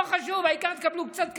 לא חשוב, העיקר תקבלו קצת כסף.